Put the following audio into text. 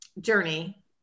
journey